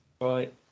Right